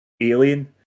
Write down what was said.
alien